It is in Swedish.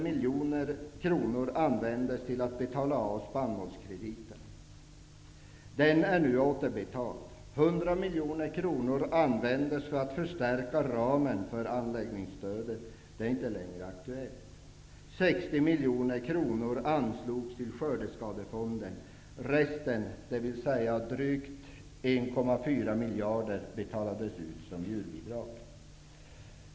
miljoner kronor användes till att betala av spannmålskrediten. Den är nu återbetald. 100 miljoner kronor användes för att förstärka ramen för anläggningsstödet. Det är inte längre aktuellt.